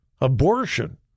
abortion